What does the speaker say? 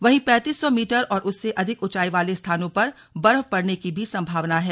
वहीं पैंतीस सौ मीटर और उससे अधिक ऊंचाई वाले स्थानों पर बर्फ पड़ने की भी संभावना है